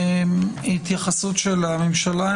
התייחסות הממשלה,